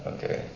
Okay